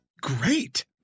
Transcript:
great